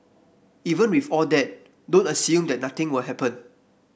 even with all that don't assume that nothing will happen